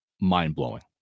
mind-blowing